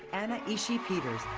anna ishii-peters,